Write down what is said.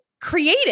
creative